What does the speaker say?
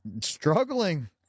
struggling